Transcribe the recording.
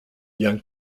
young